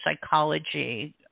psychology